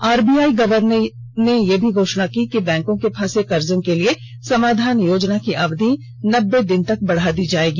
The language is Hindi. आरबीआई गवर्नर ने यह भी घोषणा की कि बैंकों के फंसे कर्जों के लिए समाधान योजना की अवधि नब्बे दिन तक बढ़ा दी जायेगी